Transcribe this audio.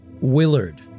Willard